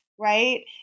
right